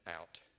out